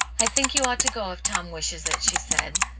i think you ought to go if tom wishes it, she said.